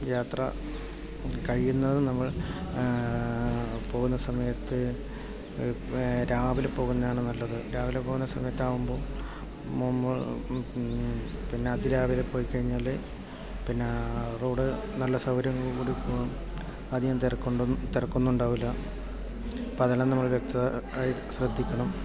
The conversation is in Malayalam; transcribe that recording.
പിന്നെ യാത്ര കഴിയുന്നതും നമ്മൾ പോകുന്ന സമയത്ത് ഇപ്പം രാവിലെ പോകുന്നതാണ് നല്ലത് രാവിലെ പോകുന്ന സമയത്താകുമ്പോൾ മുൻപ് പിന്നെ അതിരാവിലെ പോയി കഴിഞ്ഞാൽ പിന്നെ റോഡ് നല്ല സൗകര്യങ്ങളോടും കൂടി അധികം അധികം തിരക്കൊന്നുമുണ്ടാകില്ല അപ്പോൾ അതെല്ലാം നമ്മൾ വ്യക്തമായി ശ്രദ്ധിക്കണം